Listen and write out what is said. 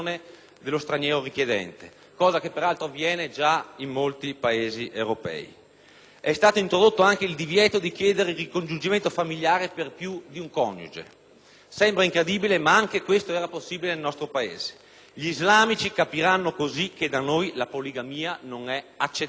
Siamo intervenuti anche sulle norme di accesso degli stranieri al pronto soccorso. Abbiamo tolto il divieto di segnalazione dei clandestini. Questo servirà a migliorare il servizio sanitario nei nostri pronto soccorso, ma anche a capire chi entra e chi viene curato nei nostri ospedali.